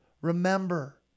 remember